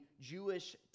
Jewish